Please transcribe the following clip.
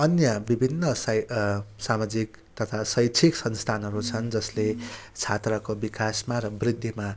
अन्य विभिन्न सायद सामाजिक तथा शैक्षिक संस्थानहरू छन् जसले छात्रको विकासमा र वृद्धिमा